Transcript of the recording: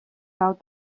how